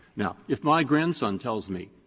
now, if my grandson tells me,